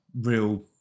real